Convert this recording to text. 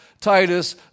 Titus